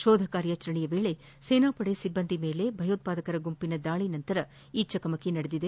ಶೋಧ ಕಾರ್ಯಾಚರಣೆ ವೇಳೆ ಸೇನಾಪಡೆ ಸಿಬ್ಲಂದಿ ಮೇಲೆ ಭಯೋತ್ವಾದಕರ ಗುಂಪಿನ ದಾಳಿ ನಂತರ ಈ ಚಕಮಕಿ ನಡೆದಿದೆ